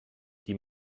die